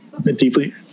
deeply